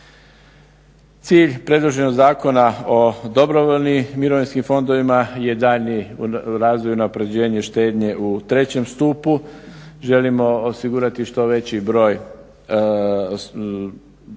Cilj predloženog Zakona o dobrovoljnim mirovinskim fondovima je daljnji razvoj, unapređenje štednje u trećem stupu, želimo osigurati što veći broj građana